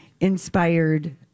inspired